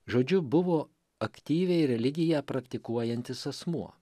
žodžiu buvo aktyviai religiją praktikuojantis asmuo